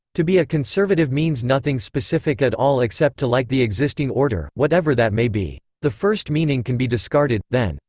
to be a conservative means nothing specific at all except to like the existing order, whatever that may be. the first meaning can be discarded, then.